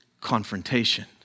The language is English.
confrontation